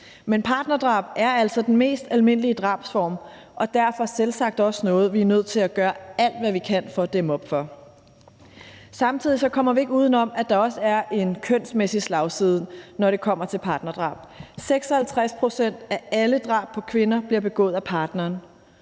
Men partnerdrab er altså den mest almindelige drabsform og derfor selvsagt også noget, vi er nødt til at gøre alt, hvad vi kan, for at dæmme op for. Samtidig kommer vi ikke uden om, at der også er en kønsmæssig slagside, når det kommer til partnerdrab. 56 pct. af alle drab på kvinder bliver begået af partneren,